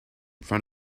front